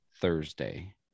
Thursday